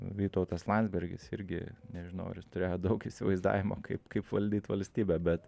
vytautas landsbergis irgi nežinau ar jis turėjo daug įsivaizdavimo kaip kaip valdyt valstybę bet